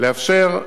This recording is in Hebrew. לאפשר.